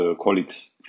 colleagues